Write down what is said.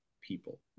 people